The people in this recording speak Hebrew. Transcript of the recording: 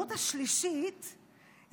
נכון.